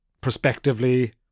prospectively